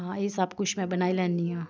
हां एह् सब कुछ में बनाई लैन्नी आं